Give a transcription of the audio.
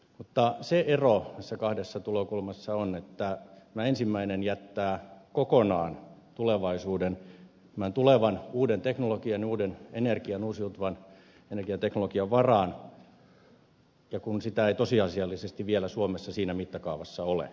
mutta se ero näissä kahdessa tulokulmassa on että tämä ensimmäinen jättää kokonaan tulevaisuuden tämän tulevan uuden teknologian uuden energian uusiutuvan energiateknologian varaan kun sitä ei tosiasiallisesti vielä suomessa siinä mittakaavassa ole